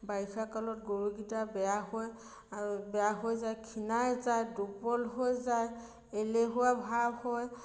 বাৰিষা কালত গৰুকেইটা বেয়া হৈ বেয়া হৈ যায় খিনাই যায় দুৰ্বল হৈ যায় এলেহুৱা ভাৱ হয়